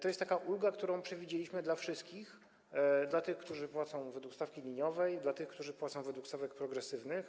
To jest taka ulga, którą przewidzieliśmy dla wszystkich: dla tych, którzy płacą według stawki liniowej, i dla tych, którzy płacą według stawek progresywnych.